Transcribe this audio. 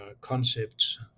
concepts